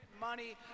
money